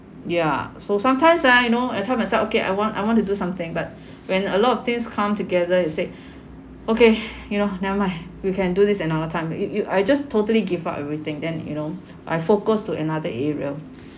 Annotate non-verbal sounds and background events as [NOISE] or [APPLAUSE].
ya so sometimes ah you know I tell myself okay I want I want to do something but [BREATH] when a lot of things come together and said okay you know never mind we can do this another time you you I just totally give up everything then you know I focus to another area [BREATH]